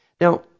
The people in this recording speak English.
Now